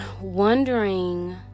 wondering